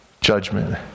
judgment